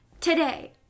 today